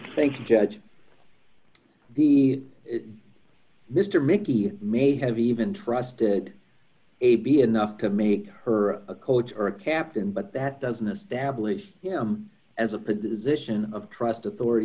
think judge the mr mickey it may have even trusted a b enough to make her a coach or a captain but that doesn't establish him as a position of trust authority